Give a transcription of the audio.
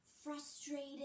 frustrated